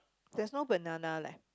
there's no banana leh